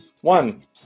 One